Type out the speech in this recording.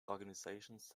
organizations